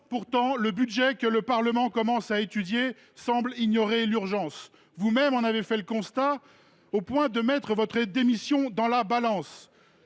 pourtant, le budget que le Parlement a commencé à étudier semble ignorer l’urgence. Vous même en avez fait le constat, au point de mettre votre démission dans la balance